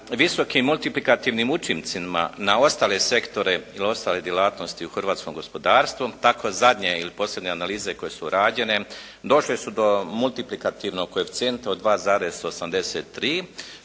visokim multiplikativnim učincima na ostale sektore i ostale djelatnosti u hrvatskom gospodarstvu. Tako zadnje ili posljednje analize koje su rađene došle su do multiplikativnog koeficijenta od 2,83